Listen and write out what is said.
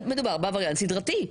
מדובר בעבריין סדרתי.